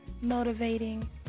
motivating